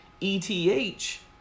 ETH